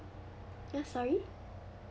ah sorry